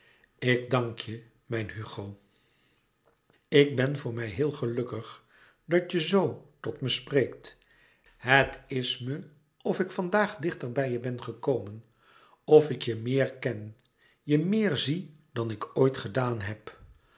ik dank je mijn hugo ik ben voor mij heel gelukkig dat je zoo tot me spreekt het is me of ik vandaag dichter bij je ben gekomen of ik je meer ken je meer zie dan ik ooit gedaan heb